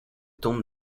tombes